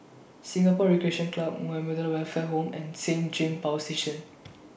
Singapore Recreation Club Muhammadiyah Welfare Home and Saint James Power Station